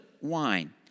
wine